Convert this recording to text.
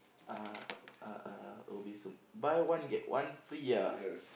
uh uh uh oya-beh-ya-som buy one get one free ah